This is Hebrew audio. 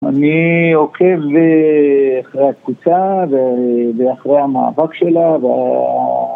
אני עוקב אחרי הקבוצה ואחרי המאבק שלה